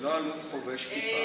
ולא אלוף חובש כיפה.